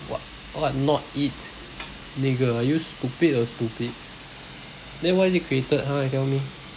wh~ what not eat nigger are you stupid or stupid then why is it created !huh! you tell me